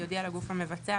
יודיע הגוף המבצע,